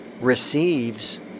receives